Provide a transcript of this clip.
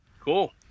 cool